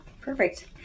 perfect